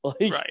Right